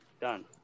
done